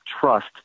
trust